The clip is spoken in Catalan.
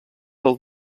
del